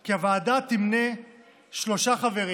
כי הוועדה תמנה שלושה חברים